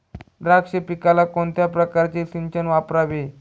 द्राक्ष पिकाला कोणत्या प्रकारचे सिंचन वापरावे?